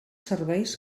serveis